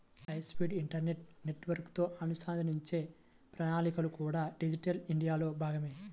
high speed internet నెట్వర్క్లతో అనుసంధానించే ప్రణాళికలు కూడా డిజిటల్ ఇండియాలో భాగమే